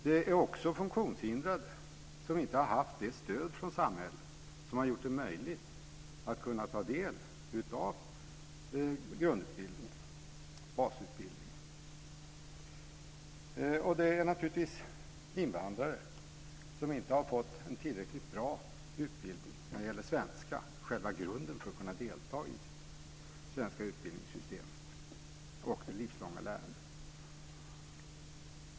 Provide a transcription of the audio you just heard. Det är också funktionshindrade som inte har haft det stöd från samhället som har gjort det möjligt att ta del av grundutbildningen, basutbildningen. Och det är naturligtvis invandrare som inte har fått en tillräckligt bra utbildning när det gäller svenska, själva grunden för att man ska kunna delta i det svenska utbildningssystemet och det livslånga lärandet.